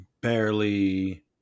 barely